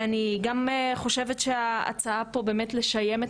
ואני גם חושבת שההצעה פה באמת לשיים את